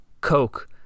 Coke